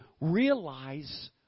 realize